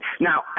Now